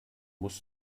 muss